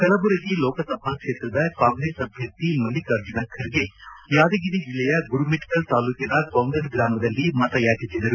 ಕಲಬುರಗಿ ಲೋಕಸಭಾ ಕ್ಷೇತ್ರದ ಕಾಂಗ್ರೆಸ್ ಅಭ್ಯರ್ಥಿ ಮಲ್ಲಿಕಾರ್ಜುನ ಖರ್ಗೆ ಯಾದಗಿರಿ ಜಿಲ್ಲೆಯ ಗುರುಮಠಕಲ್ ತಾಲೂಕಿನ ಕೊಂಗಲ್ ಗ್ರಾಮದಲ್ಲಿ ಮತಯಾಚಿಸಿದರು